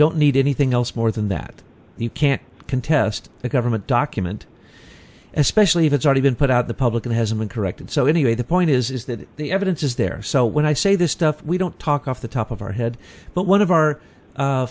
don't need anything else more than that you can't contest a government document especially if it's already been put out the public and hasn't been corrected so anyway the point is is that the evidence is there so when i say this stuff we don't talk off the top of our head but one of our